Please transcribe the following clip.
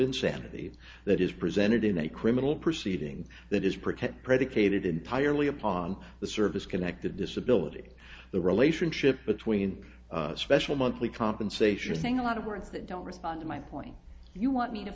insanity that is presented in a criminal proceeding that is protect predicated entirely upon the service connected disability the relationship between special monthly compensation saying a lot of words that don't respond to my point you want me to